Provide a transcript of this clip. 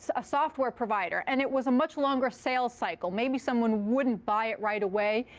so a software provider, and it was a much longer sales cycle, maybe someone wouldn't buy it right away,